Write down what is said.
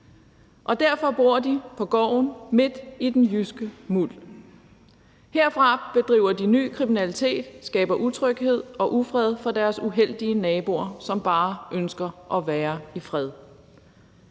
og derfor bor de på gården midt i den jyske muld. Herfra bedriver de ny kriminalitet og skaber utryghed og ufred for deres uheldige naboer, som bare ønsker at være i fred.